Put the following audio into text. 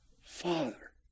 father